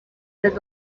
las